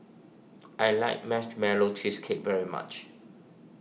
I like Marshmallow Cheesecake very much